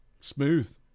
Smooth